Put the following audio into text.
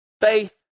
faith